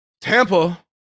Tampa